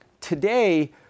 Today